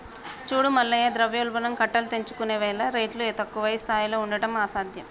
చూడు మల్లయ్య ద్రవ్యోల్బణం కట్టలు తెంచుకున్నవేల రేట్లు తక్కువ స్థాయిలో ఉండడం అసాధ్యం